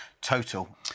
total